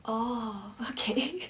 orh okay